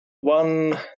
one